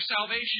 salvation